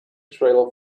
trailer